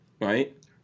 right